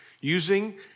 using